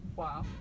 Wow